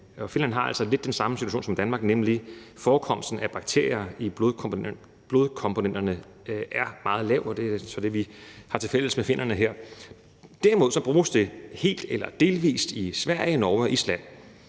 Finland har altså lidt den samme situation som Danmark, nemlig at forekomsten af bakterier i blodkomponenterne er meget lav, og det er så det, vi har tilfælles med finnerne her. Derimod bruges det helt eller delvis i Sverige, Norge og Island,